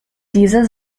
diese